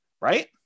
right